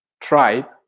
tribe